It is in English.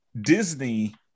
Disney